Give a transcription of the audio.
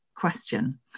Question